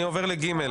אחד.